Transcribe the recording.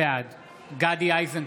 בעד גדי איזנקוט,